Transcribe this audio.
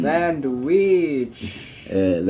Sandwich